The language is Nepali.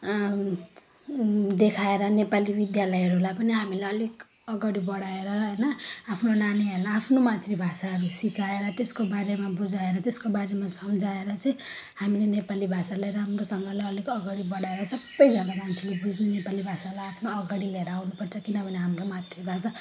देखाएर नेपाली विद्यालयहरूलाई पनि हामीले अलिक अगाडि बढाएर होइन आफ्नो नानीहरूलाई आफ्नो मातृभाषाहरू सिकाएर त्यसको बारेमा बुझाएर त्यसको बारेमा सम्झाएर चाहिँ हामीले नेपाली भाषालाई राम्रोसँगले अलिक अगाडि बढाएर सबैजना मान्छेले बुझ्ने नेपाली भाषालाई आफ्नो अगाडि ल्याएर आउनुपर्छ किनभने हाम्रो मातृभाषा